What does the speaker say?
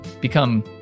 become